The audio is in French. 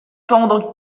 pendant